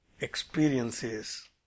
experiences